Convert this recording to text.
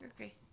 Okay